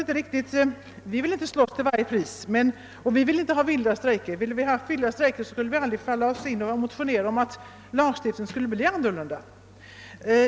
Nej, vi vill inte slåss till varje pris, och vi vill inte ha vilda strejker; ville vi det skulle det aldrig ha fallit oss in att motionera om att lagstiftningen skall ändras.